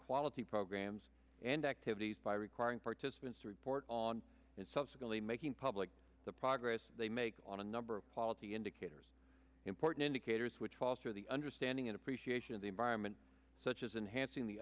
quality programs and activities by requiring participants to report on and subsequently making public the progress they make on a number of quality indicators important indicators which foster the understanding and appreciation of the environment such as enhanced in the